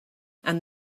and